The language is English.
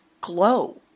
glow